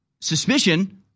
suspicion